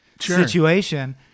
situation